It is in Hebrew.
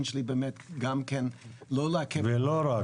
שלי באמת גם כן לא לעכב --- ולא רק.